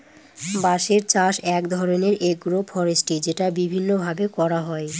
বাঁশের চাষ এক ধরনের এগ্রো ফরেষ্ট্রী যেটা বিভিন্ন ভাবে করা হয়